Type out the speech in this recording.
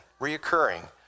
reoccurring